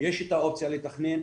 יש את האופציה לתכנן,